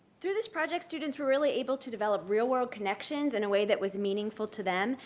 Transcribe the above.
through this project, students were really able to develop real world connections in a way that was meaningful to them,